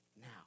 now